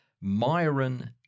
Myron